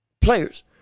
players